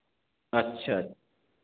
अच्छा